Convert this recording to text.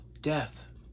death